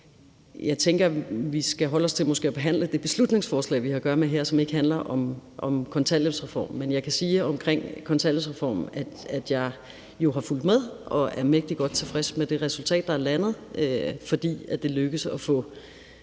Jeg tænker, at vi måske skal holde os til at behandle det beslutningsforslag, vi har at gøre med her, og som ikke handler om kontanthjælpsreform. Men jeg kan sige om kontanthjælpsreformen, at jeg jo har fulgt med og er mægtig godt tilfreds med det resultat, der er landet, fordi det er lykkedes at få